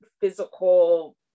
physical